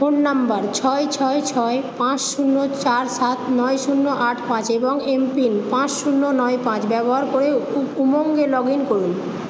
phone number ছয় ছয় ছয় পাঁচ শূন্য চার সাত নয় শূন্য আট পাঁচ এবং এম পিন পাঁচ শূন্য নয় পাঁচ ব্যবহার করে উমঙে লগ ইন করুন